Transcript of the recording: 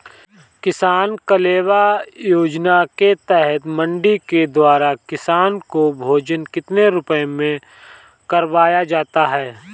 किसान कलेवा योजना के तहत मंडी के द्वारा किसान को भोजन कितने रुपए में करवाया जाता है?